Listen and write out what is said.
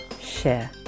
share